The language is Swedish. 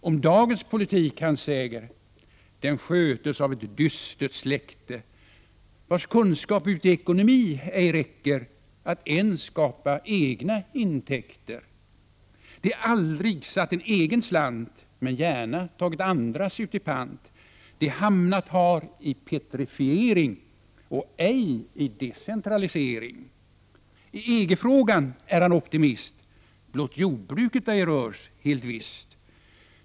Om dagens politik han säger: — Den skötes av ett dystert släkte, vars kunskap uti ekonomi ej räcker att ens skapa egna intäkter. De aldrig satt en egen slant men gärna tagit andras uti pant. De hamnat har i petrifiering och ej i decentralisering. I EG-frågan är han optimist blott jordbruket ej rörs — helt visst!